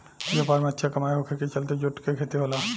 व्यापार में अच्छा कमाई होखे के चलते जूट के खेती होला